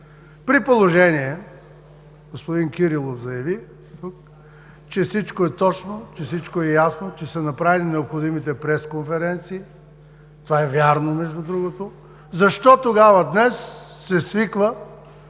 на водене. Господин Кирилов заяви тук, че всичко е точно, че всичко е ясно, че са направили необходимите пресконференции – това е вярно, между другото, защо тогава днес се свиква